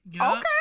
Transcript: Okay